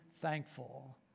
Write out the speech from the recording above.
thankful